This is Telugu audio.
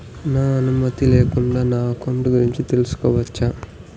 నా అనుమతి లేకుండా నా అకౌంట్ గురించి తెలుసుకొనొచ్చా?